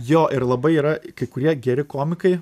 jo ir labai yra kai kurie geri komikai